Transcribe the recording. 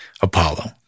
Apollo